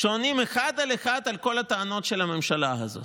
שעונים אחד על אחד על כל הטענות של הממשלה הזאת.